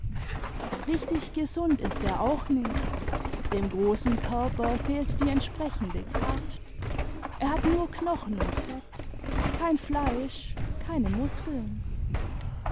richtig gesund ist er auch nicht dem großen körper fehlt die entsprechende kraft er hat nur knochen und fett kein fleisch keine muskeln